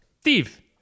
Steve